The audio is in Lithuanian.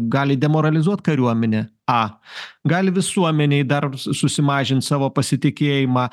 gali demoralizuot kariuomenę a gali visuomenėj dar susimažint savo pasitikėjimą